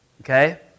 okay